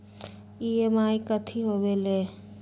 EMI कथी होवेले?